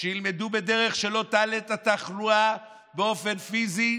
שילמדו בדרך שלא תעלה את התחלואה באופן פיזי,